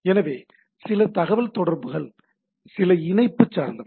எனவே சில தகவல் தொடர்புகள் சில இணைப்பு சார்ந்தவை